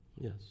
Yes